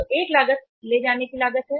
तो एक लागत ले जाने की लागत है